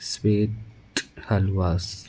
sweet halwas